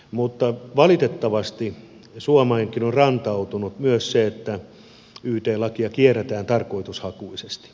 mutta valitettavasti suomeenkin on rantautunut myös se että yt lakia kierretään tarkoitushakuisesti